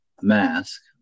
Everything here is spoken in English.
mask